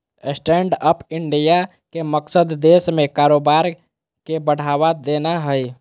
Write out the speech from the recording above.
stand up India के मकसद देश में कारोबार के बढ़ावा देना हइ